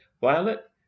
Violet